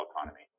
economy